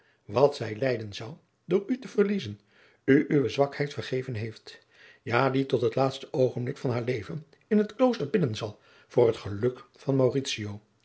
wat zij lijden zou door u te verliezen u uwe zwakheid vergeven heeft ja die tot het laatste oogenblik van haar leven in het klooster bidden zal voor het geluk van